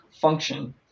function